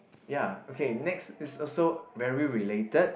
ya okay next is also very related